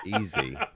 Easy